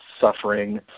suffering